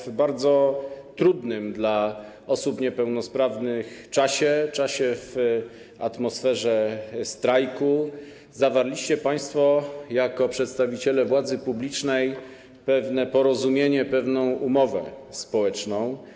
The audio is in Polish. Otóż w bardzo trudnym dla osób niepełnosprawnych czasie, w atmosferze strajku zawarliście państwo jako przedstawiciele władzy publicznej pewne porozumienie, pewną umowę społeczną.